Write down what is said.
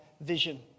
vision